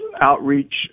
outreach